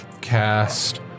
cast